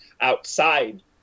outside